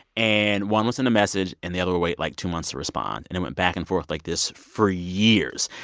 and one would send a message. and the other would wait, like, two months to respond. and it went back and forth like this for years.